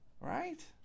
right